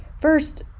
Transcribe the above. First